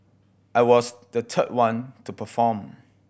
I was the third one to perform